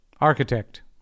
Architect